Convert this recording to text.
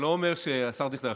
השר דיכטר,